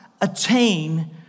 attain